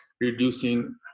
reducing